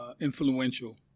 influential